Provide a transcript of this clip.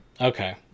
Okay